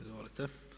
Izvolite.